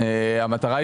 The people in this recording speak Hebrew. לא להעיר.